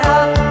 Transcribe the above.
up